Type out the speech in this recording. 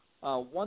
One